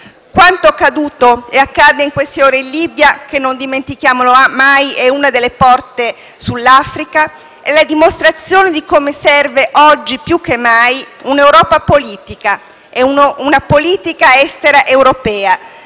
Quanto accaduto e accade in queste ore in Libia, che - non dimentichiamolo mai - è una delle porte sull'Africa, è la dimostrazione di come serva, oggi più che mai, un'Europa politica e una politica estera europea,